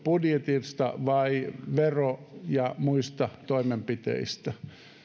budjetista vai vero ja muista toimenpiteistä